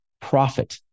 profit